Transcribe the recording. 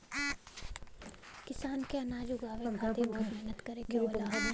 किसान के अनाज उगावे के खातिर बहुत मेहनत करे के होला